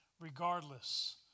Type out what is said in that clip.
regardless